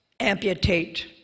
Amputate